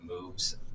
moves